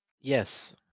Yes